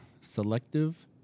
selective